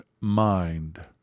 mind